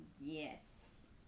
Yes